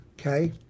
okay